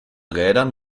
rädern